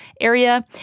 area